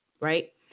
Right